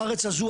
הארץ הזו,